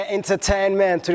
Entertainment